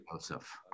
Joseph